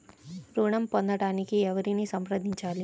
ఋణం పొందటానికి ఎవరిని సంప్రదించాలి?